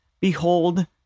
behold